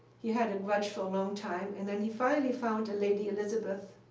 he had a grudge for a long time and then he finally found a lady, elisabeth,